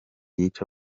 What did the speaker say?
yica